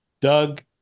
Doug